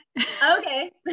Okay